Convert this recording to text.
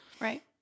Right